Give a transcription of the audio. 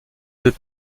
deux